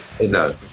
No